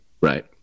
Right